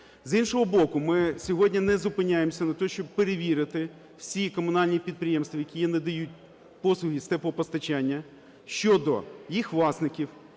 З іншого боку, ми сьогодні не зупиняємося на те, щоб перевірити всі комунальні підприємства, які надають послуги з теплопостачання, щодо їх власників,